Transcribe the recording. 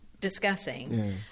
discussing